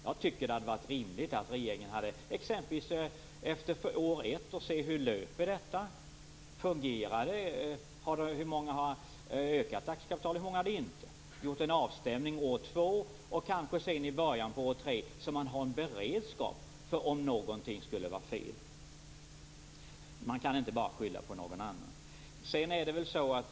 Jag tycker att det kunde vara rimligt att regeringen exempelvis efter år 1 ser hur detta löper och om det fungerar samt tittar närmare på hur många de är som har ökat aktiekapitalet respektive hur många de är som inte har ökat aktiekapitalet för att därefter under år 2, och kanske i början av år 3, göra en avstämning. Det gäller ju att ha en beredskap om någonting skulle vara fel. Man kan inte bara skylla på andra.